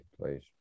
please